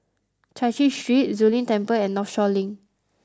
Chai Chee Street Zu Lin Temple and Northshore Link